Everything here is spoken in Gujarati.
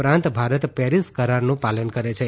ઉપરાંત ભારત પેરીસ કરારનું પાલન કરે છે